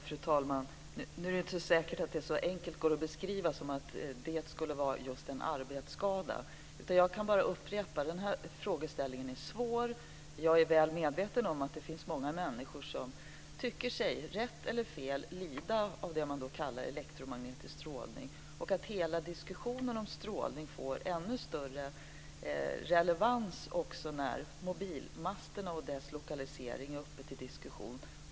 Fru talman! Nu är det inte säkert att detta går att beskriva så enkelt som att det skulle vara just en arbetsskada. Jag kan bara upprepa att den här frågeställningen är svår. Jag är väl medveten om att det finns många människor som tycker sig, rätt eller fel, lida av det man kallar elektromagnetisk strålning. Hela diskussionen om strålning får också ännu större relevans när mobilmasterna och deras lokalisering är uppe till diskussion.